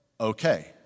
okay